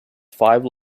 five